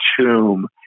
tomb